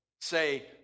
say